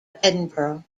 edinburgh